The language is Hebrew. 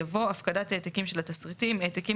יבוא: "הפקדת העתקים של התשריטים העתקים